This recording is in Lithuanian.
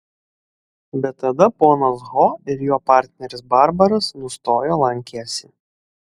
bet tada ponas ho ir jo partneris barbaras nustojo lankęsi